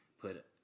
put